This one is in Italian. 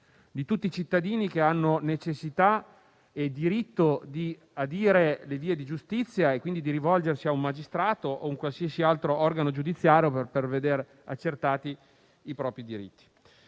di tutti i cittadini che hanno necessità e diritto di adire le vie di giustizia e quindi di rivolgersi a un magistrato o a un qualsiasi altro organo giudiziario per vedere rispettati i propri diritti.